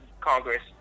Congress